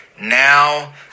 Now